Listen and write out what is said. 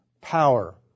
power